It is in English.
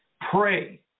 Pray